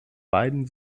beiden